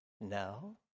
No